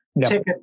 Ticket